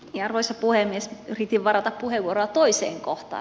järvessä puhemies piti varata puheenvuorot toiseen kohta